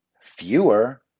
fewer